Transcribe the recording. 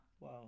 Wow